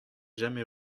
jamais